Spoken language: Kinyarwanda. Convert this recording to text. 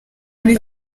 kuri